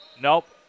nope